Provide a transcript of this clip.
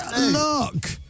look